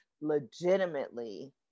legitimately